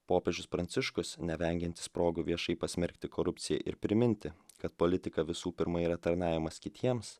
popiežius pranciškus nevengiantis progų viešai pasmerkti korupciją ir priminti kad politika visų pirma yra tarnavimas kitiems